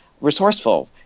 resourceful